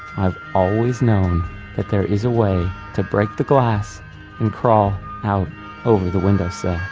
i've always known that there is a way to break the glass and crawl out over the windowsill.